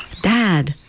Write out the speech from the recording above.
Dad